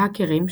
ההאקרים,